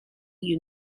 you